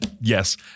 yes